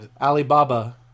Alibaba